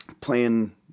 playing